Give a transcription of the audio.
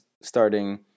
starting